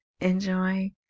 enjoy